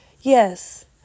Yes